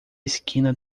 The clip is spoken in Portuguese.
esquina